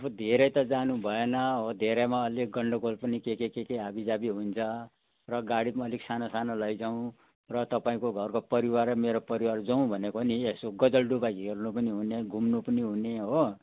धेरै त जानु भएन हो धेरैमा अलिक गन्डागोल पनि के के के हाबीजाबी हुन्छ र गाडी पनि अलिक सानो सानो लैजाउँ र तपाईँको घरको परिवार र मेरो परिवार जाउँ भनेको नि यसो गजलडुब्बा हेर्नु पनि हुने घुम्नु पनि हुने हो